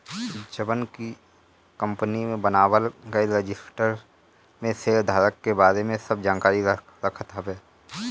जवन की कंपनी में बनावल गईल रजिस्टर में शेयरधारक के बारे में सब जानकारी रखत हवे